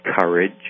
courage